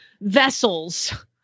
vessels